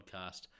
podcast